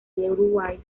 uruguay